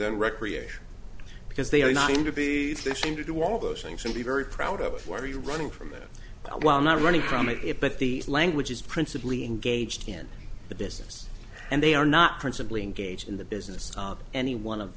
then recreation because they are not going to be fishing to do all those things and be very proud of it for you running from it while not running from it but the language is principally engaged in the business and they are not principally engaged in the business any one of